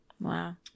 wow